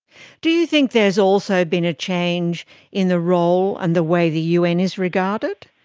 do you think there's also been a change in the role and the way the un is regarded?